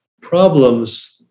Problems